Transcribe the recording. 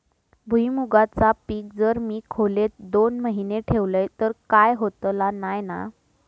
भुईमूगाचा पीक जर मी खोलेत दोन महिने ठेवलंय तर काय होतला नाय ना?